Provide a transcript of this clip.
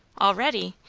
already!